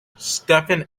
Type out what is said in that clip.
stephen